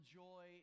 joy